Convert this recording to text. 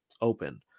open